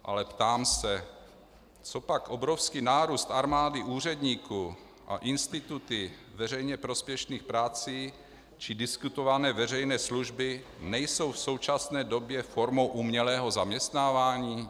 Ale ptám se: Copak obrovský nárůst armády úředníků a instituty veřejně prospěšných prací či diskutované veřejné služby nejsou v současné době formou umělého zaměstnávání?